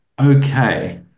okay